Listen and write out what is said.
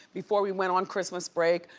before we went on christmas break,